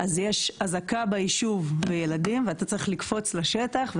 אז יש אזעקה ביישוב וילדים ואתה צריך לקפוץ לשטח.